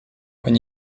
when